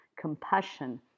compassion